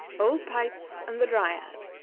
old pipes and the dryad.